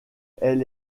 elle